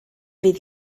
fydd